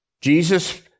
Jesus